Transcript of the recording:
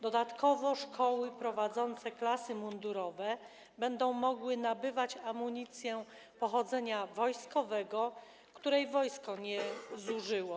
Dodatkowo szkoły prowadzące klasy mundurowe będą mogły nabywać amunicję pochodzenia wojskowego, której wojsko nie zużyło.